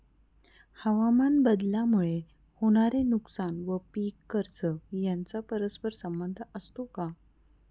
हवामानबदलामुळे होणारे नुकसान व पीक कर्ज यांचा परस्पर संबंध असतो का?